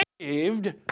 saved